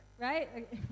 Right